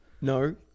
No